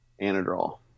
anadrol